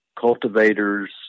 cultivators